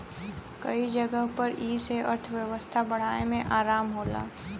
कई जगह पर ई से अर्थव्यवस्था बढ़ाए मे आराम होला